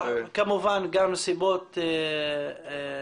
-- כמובן גם סיבות